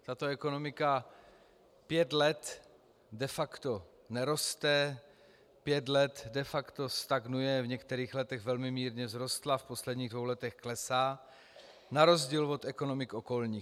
Tato ekonomika pět let de facto neroste, pět let de facto stagnuje, v některých letech velmi mírně vzrostla, v posledních dvou letech klesá na rozdíl od ekonomik okolních.